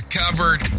covered